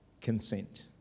consent